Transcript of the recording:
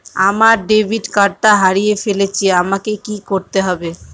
আমার ডেবিট কার্ডটা হারিয়ে ফেলেছি আমাকে কি করতে হবে?